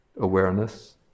awareness